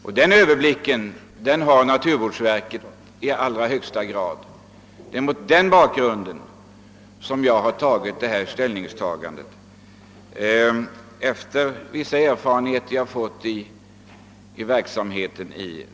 Med de erfarenheter jag fått av verksamheten på naturvårdsområdet kan jag säga att naturvårdsverket i allra högsta grad har möjlighet att överblicka var resurserna skall sättas in.